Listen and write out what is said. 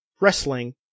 wrestling